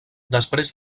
després